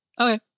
Okay